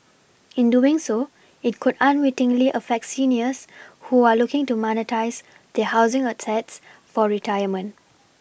in doing so it could unwittingly affect seniors who are looking to monetise their housing assets for retirement